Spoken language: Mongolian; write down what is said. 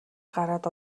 гараад